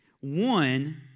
one